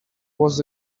was